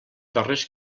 darrers